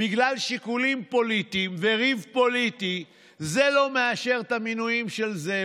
בגלל שיקולים פוליטיים וריב פוליטי זה לא מאשר את המינויים של זה,